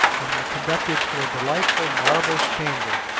and were conducted to a delightful marble chamber,